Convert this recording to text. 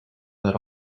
that